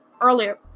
earlier